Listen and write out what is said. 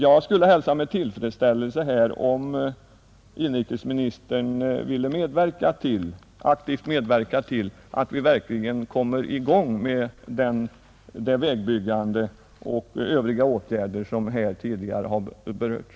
Jag skulle hälsa med tillfredsställelse om inrikesministern ville medverka till att vi verkligen kommer i gång med vägbyggandet och de övriga åtgärder som här tidigare berörts.